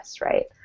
right